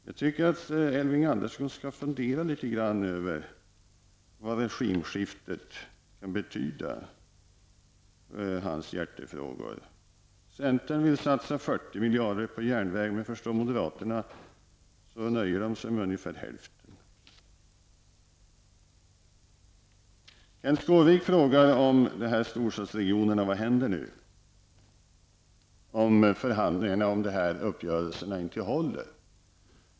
Jag tycker att Elving Andersson skall fundera litet över vad regimskiftet kan betyda för hans hjärtefrågor. Centerpartiet vill satsa 40 miljarder på järnvägen, moderaterna nöjer sig, vad jag förstår, med ungefär hälften. Kenth Skårvik ställde en fråga om vad som händer i storstadsregionerna om uppgörelserna inte håller.